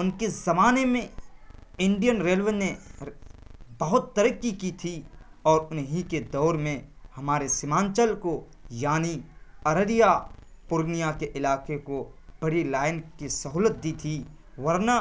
ان کے زمانے میں انڈین ریلوے نے بہت ترقی کی تھی اور انہیں کے دور میں ہمارے سیمانچل کو یعنی ارریہ پورنیہ کے علاقے کو بڑی لائن کی سہولت دی تھی ورنہ